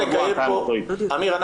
אמיר,